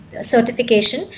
certification